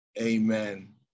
Amen